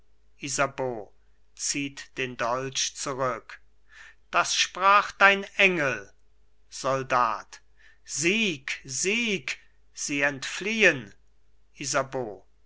isabeau zieht den dolch zurück das sprach dein engel soldat sieg sieg sie entfliehen isabeau